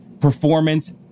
performance